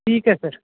ਠੀਕ ਹੈ ਸਰ